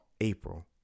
April